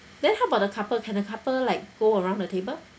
then how about the couple can the couple like go around the table